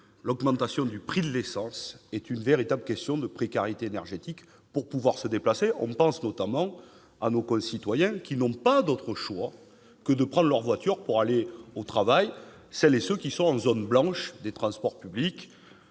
l'augmentation du prix de l'essence s'inscrit dans la précarité énergétique. Nous pensons notamment à nos concitoyens qui n'ont pas d'autre choix que de prendre leur voiture pour aller au travail, à ceux qui sont en zone blanche des transports publics-